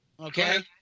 Okay